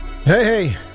hey